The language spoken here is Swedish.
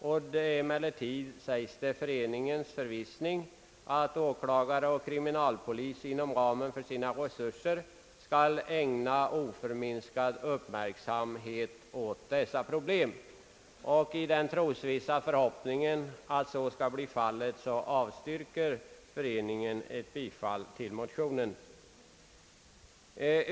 Det är emellertid föreningens förvissning att åklagare och kriminalpolis inom ramen för sina resurser skall ägna oförminskad uppmärksamhet åt dessa problem. I den trosvissa förhoppningen avstyrker föreningen bifall till motionen.